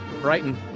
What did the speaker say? Brighton